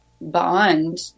bond